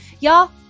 Y'all